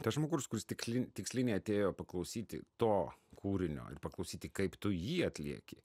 tas žmogus kuris tiksli tiksliniai atėjo paklausyti to kūrinio ir paklausyti kaip tu jį atlieki